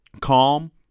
Calm